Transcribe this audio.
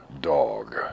Dog